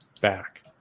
back